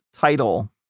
title